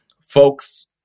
folks